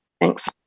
thanks